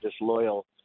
disloyal